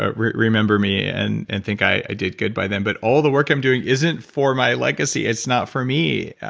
ah remember me and and think i did good by them, but all the work i'm doing isn't for my legacy. it's not for me.